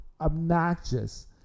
obnoxious